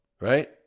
right